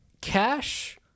cash